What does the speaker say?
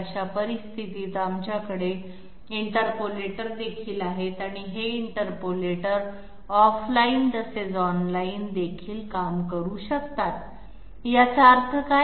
अशा परिस्थितीत आमच्याकडे इंटरपोलेटर देखील आहेत आणि हे इंटरपोलेटर ऑफलाइन तसेच ऑनलाइन देखील काम करू शकतात आता याचा अर्थ काय